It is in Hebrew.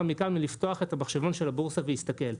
מעמיקה מלפתוח את המחשבון של הבורסה ויסתכל.